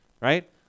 right